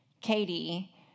Katie